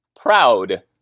proud